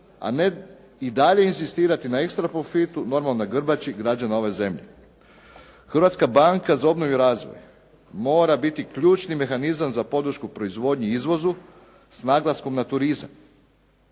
a ne i dalje inzistirati na ekstra profitu, normalno na grbači građana ove zemlje. Hrvatska banka za obnovu i razvoj mora biti ključni mehanizam za podršku proizvodnji izvozu s naglaskom na turizam.